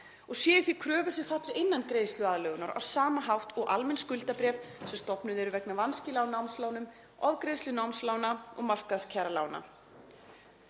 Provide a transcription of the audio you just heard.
og séu því kröfur sem falli innan greiðsluaðlögunar á sama hátt og almenn skuldabréf sem stofnuð eru vegna vanskila á námslánum, ofgreiðslu námslána og markaðskjaralána.“